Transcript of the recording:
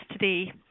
today